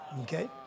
Okay